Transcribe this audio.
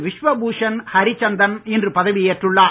விஸ்வ பூஷன் ஹரிச்சந்தன் இன்று பதவியேற்றுள்ளார்